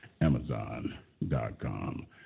amazon.com